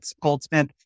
Goldsmith